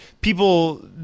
people